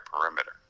perimeter